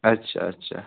अच्छा अच्छा